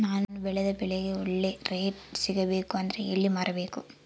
ನಾನು ಬೆಳೆದ ಬೆಳೆಗೆ ಒಳ್ಳೆ ರೇಟ್ ಸಿಗಬೇಕು ಅಂದ್ರೆ ಎಲ್ಲಿ ಮಾರಬೇಕು?